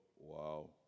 wow